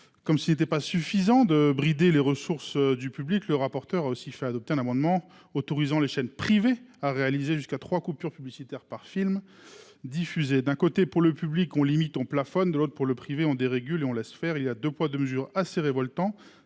Comme ce n'était pas suffisant de brider les ressources du public. Le rapporteur a aussi fait adopter un amendement autorisant les chaînes privées à réaliser jusqu'à trois coupures publicitaires par film diffusé d'un côté pour le public on limite on plafonne. De l'autre pour le privé, ont dérégulé, on laisse faire, il y a 2 poids 2 mesures assez révoltant